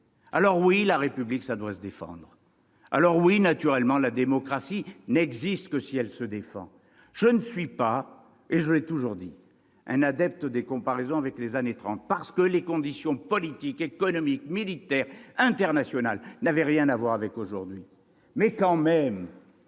Alors oui, la République doit se défendre. Oui, naturellement, la démocratie n'existe que si elle se défend. Je ne suis pas- je l'ai toujours dit -un adepte des comparaisons avec les années trente, parce que les conditions politiques, économiques, militaires, internationales de l'époque n'avaient rien à voir avec celles d'aujourd'hui. Mais, tout de même,